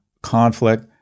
conflict